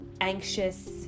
anxious